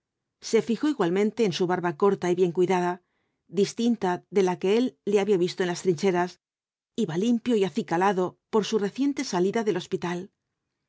se fijó igualmente en su barba corta y bien cuidada distinta de la que él había visto en las trincheras iba limpio y acicalado por su reciente salida del hospital